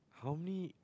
how many